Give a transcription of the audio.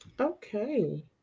Okay